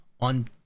on